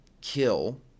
kill